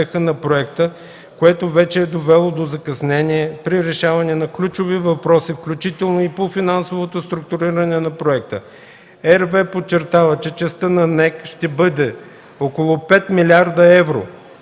RWE подчертава, че частта на НЕК ще бъде около 5 милиарда евро,